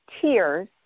tears